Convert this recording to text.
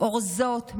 אורזות,